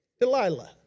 Delilah